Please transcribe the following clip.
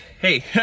hey